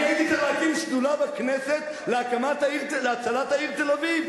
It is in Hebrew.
אני הייתי צריך להקים שדולה בכנסת להצלת העיר תל-אביב,